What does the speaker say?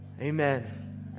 Amen